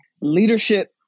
Leadership